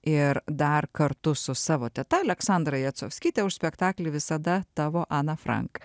ir dar kartu su savo teta aleksandra jacovskyte už spektaklį visada tavo ana frank